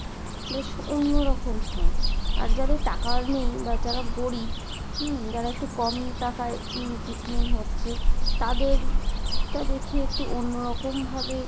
বেশ অন্য রকম হয় আর যাদের টাকার নেই বা যারা গরিব যারা একটু কম টাকায় ট্রিটমেন্ট হচ্ছে তাদেরটা দেখি একটু অন্য রকমভাবে